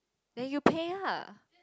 then you pay lah